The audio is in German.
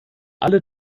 alle